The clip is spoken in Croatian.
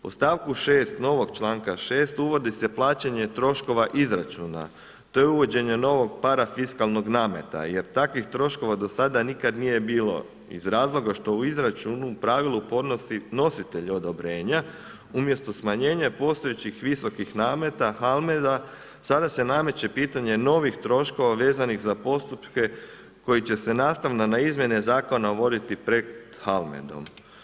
U stavku 6. novog članka 6. uvodi se plaćanje troškova izračuna, to je uvođenje novog parafiskalnog nameta jer takovih troškova do sada nikad nije bilo iz razloga što u izračunu u pravilu podnosi nositelj odobrenja umjesto smanjenja postojećih visokih nameta Halmed, sada se nameće pitanje novih troškova vezanih za postupke koji će se nastavno na izmjene zakona voditi pred Halmedom.